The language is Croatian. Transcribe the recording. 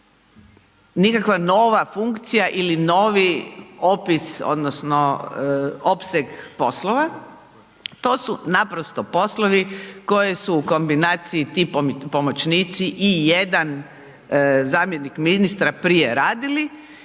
nikakva nova funkcija ili novi opis odnosno opseg poslova, to su naprosto poslovi koji su u kombinaciji ti pomoćnici i jedan zamjenik ministra prije radili